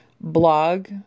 blog